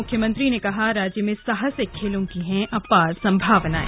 मुख्यमंत्री ने कहा राज्य में साहसिक खेलों की हैं अपार संभावनाएं